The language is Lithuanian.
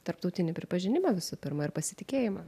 tarptautinį pripažinimą visų pirma ir pasitikėjimą